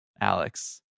Alex